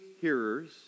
hearers